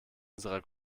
unserer